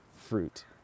fruit